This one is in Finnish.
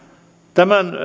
tämän